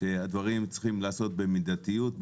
שהדברים צריכים להיעשות במידתיות,